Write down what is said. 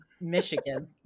Michigan